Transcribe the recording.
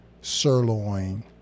sirloin